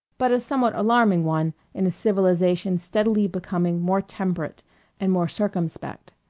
but a somewhat alarming one in a civilization steadily becoming more temperate and more circumspect.